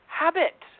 habit